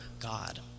God